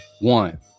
one